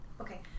Okay